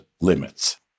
limits